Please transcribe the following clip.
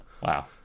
Wow